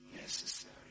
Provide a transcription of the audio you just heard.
necessary